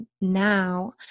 now